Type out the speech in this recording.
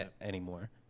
anymore